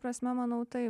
prasme manau taip